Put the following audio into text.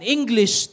English